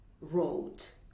wrote